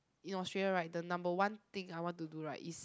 in Australia right the number one thing I want to do right is